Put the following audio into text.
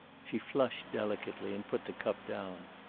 she flushed delicately, and put the cup down.